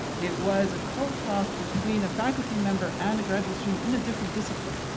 it was co-taught between a faculty member and a graduate student in a different discipline.